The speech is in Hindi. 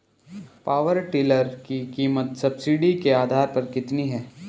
पावर टिलर की कीमत सब्सिडी के आधार पर कितनी है?